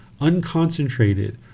unconcentrated